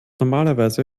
normalerweise